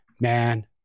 man